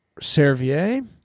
Servier